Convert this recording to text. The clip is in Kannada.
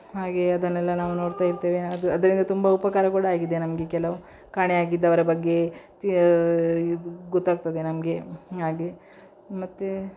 ಹಾಗೆ ಅದನ್ನೆಲ್ಲ ನಾವು ನೋಡ್ತಾ ಇರ್ತೇವೆ ಅದು ಅದರಿಂದ ತುಂಬ ಉಪಕಾರ ಕೂಡ ಆಗಿದೆ ನಮಗೆ ಕೆಲವು ಕಾಣೆಯಾಗಿದ್ದವರ ಬಗ್ಗೆ ತೀ ಗೊತ್ತಾಗ್ತದೆ ನಮಗೆ ಹಾಗೆ ಮತ್ತು